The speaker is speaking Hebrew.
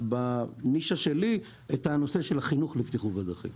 ובנישה שלי, את הנושא של חינוך לבטיחות בדרכים.